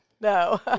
No